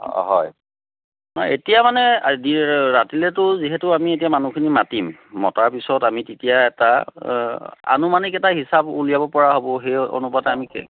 অঁ অঁ হয় এতিয়া মানে ৰাতিলৈটো যিহেতু আমি এতিয়া মানুহখিনি মাতিম মতাৰ পিছত আমি তেতিয়া এটা আনুমানিক এটা হিচাপ উলিয়াব পৰা হ'ব সেই অনুপাতে আমি